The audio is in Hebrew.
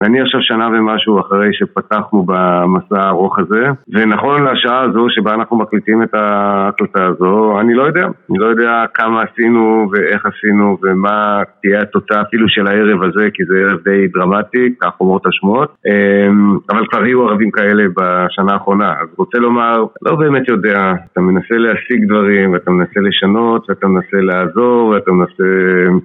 ואני עכשיו שנה ומשהו אחרי שפתחנו במסע הארוך הזה, ונכון לשעה הזו שבה אנחנו מקליטים את ההקלטה הזו, אני לא יודע. אני לא יודע כמה עשינו ואיך עשינו ומה תהיה התוצאה אפילו של הערב הזה, כי זה ערב די דרמטי, כך אומרות השמועות. אבל כבר היו ערבים כאלה בשנה האחרונה, אז רוצה לומר, לא באמת יודע. אתה מנסה להשיג דברים ואתה מנסה לשנות ואתה מנסה לעזור ואתה מנסה...